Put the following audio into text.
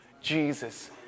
Jesus